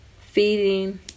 feeding